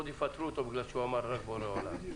עוד יפטרו אותו בגלל שאמר רק בורא עולם.